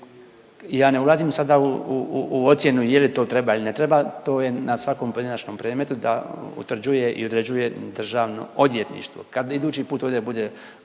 ja ne ulazim sada u ocjenu je li to treba ili ne treba to je na svakom pojedinačnom predmetu da utvrđuje i određuje državno odvjetništvo. Kad idući put ovdje bude